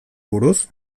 buruz